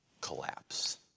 collapse